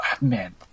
man